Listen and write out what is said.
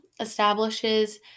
establishes